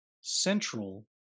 central